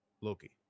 Loki